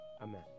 Amen